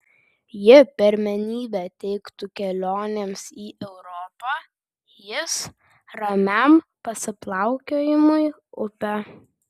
ji pirmenybę teiktų kelionėms į europą jis ramiam pasiplaukiojimui upe